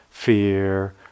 fear